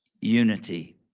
Unity